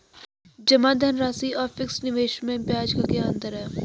जमा धनराशि और फिक्स निवेश में ब्याज का क्या अंतर है?